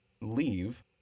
leave